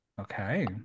Okay